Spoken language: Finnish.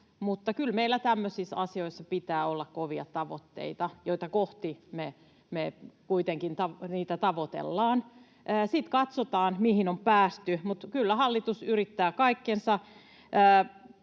meillä tämmöisissä asioissa pitää olla kovia tavoitteita, joita me kuitenkin tavoitellaan. Sitten katsotaan, mihin on päästy. Mutta kyllä hallitus yrittää kaikkensa,